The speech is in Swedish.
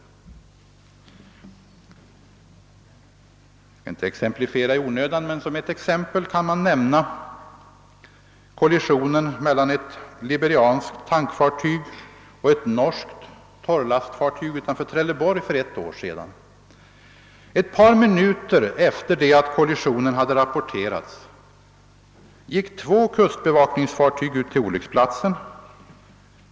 Jag skall inte exemplifiera i onödan, men som ett exempel kan jag nämna kollisionen mellan ett liberianskt tankfartyg och ett norskt torrlastfartyg utanför Trelleborg för ett år sedan. Ett par minuter efter det att kollisionen hade rapporterats gick två kustbevakningsfartyg ut till olycksplatsen.